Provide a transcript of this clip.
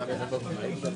יבדקו.